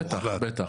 בטח, בטח.